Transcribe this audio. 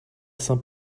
saint